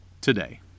today